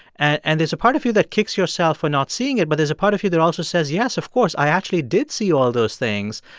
and there's a part of you that kicks yourself for not seeing it. but there's a part of you that also says, yes, of course, i actually did see all those things.